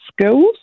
skills